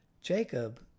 Jacob